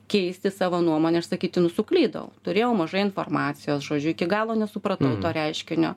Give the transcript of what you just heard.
keisti savo nuomonę ir sakyti nu suklydau turėjau mažai informacijos žodžiu iki galo nesupratau to reiškinio